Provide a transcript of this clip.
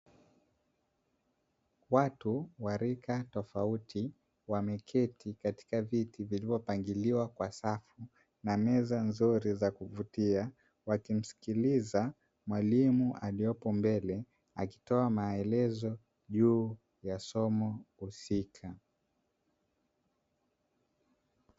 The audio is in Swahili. Watu wa rika tofauti wameketi katika viti vilivyopangiliwa kwa safu na meza nzuri za kuvutia na wakimsikiliza mwalimu, aliopo mbele akitoa maelezo juu ya somo husika.